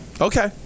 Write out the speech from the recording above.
Okay